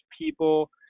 people